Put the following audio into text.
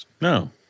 no